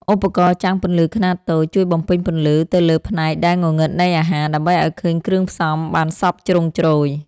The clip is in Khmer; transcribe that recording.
ឧបករណ៍ចាំងពន្លឺខ្នាតតូច ជួយបំពេញពន្លឺទៅលើផ្នែកដែលងងឹតនៃអាហារ ដើម្បីឱ្យឃើញគ្រឿងផ្សំបានសព្វជ្រុងជ្រោយ។